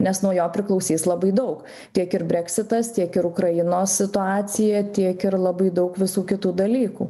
nes nuo jo priklausys labai daug tiek ir breksitas tiek ir ukrainos situacija tiek ir labai daug visų kitų dalykų